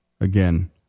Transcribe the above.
again